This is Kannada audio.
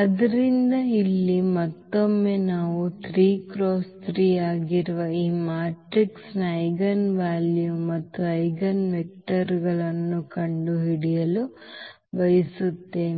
ಆದ್ದರಿಂದ ಇಲ್ಲಿ ಮತ್ತೊಮ್ಮೆ ನಾವು 3 × 3 ಆಗಿರುವ ಈ ಮ್ಯಾಟ್ರಿಕ್ಸ್ನ ಐಜೆನ್ ವ್ಯಾಲ್ಯೂ ಮತ್ತು ಐಜೆನ್ವೆಕ್ಟರ್ಗಳನ್ನು ಕಂಡುಹಿಡಿಯಲು ಬಯಸುತ್ತೇವೆ